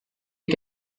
ihr